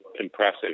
impressive